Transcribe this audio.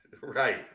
Right